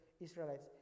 Israelites